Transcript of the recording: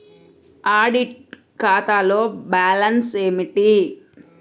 Audit ఖాతాలో balance ఏమిటీ?